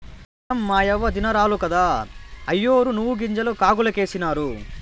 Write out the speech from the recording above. ఈ దినం మాయవ్వ దినారాలు కదా, అయ్యోరు నువ్వుగింజలు కాగులకేసినారు